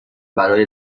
برای